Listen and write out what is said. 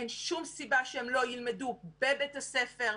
אין שום סיבה שהם לא ילמדו בבית הספר,